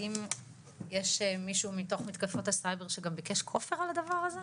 האם יש מישהו מתוך מתקפות הסייבר שגם ביקש כופר על הדבר הזה?